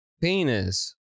penis